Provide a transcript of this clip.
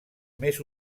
més